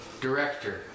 Director